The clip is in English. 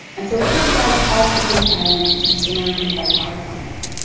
and so kirkbride called for the asylum to be surrounded by parkland.